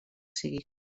sigui